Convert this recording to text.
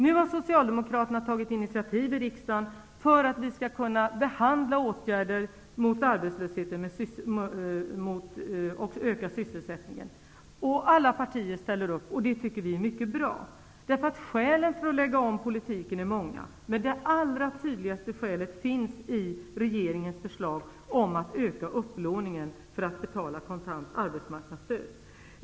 Nu har socialdemokraterna tagit initiativ i riksdagen för att vi skall kunna behandla åtgärder mot arbetslöshet och öka sysselsättningen. Alla partier ställer upp, och det tycker vi är mycket bra. Skälen för att lägga om politiken är många. Det allra tydligaste skälet finns i regeringens förslag om att öka upplåningen för att betala kontant arbetsmarknadsstöd.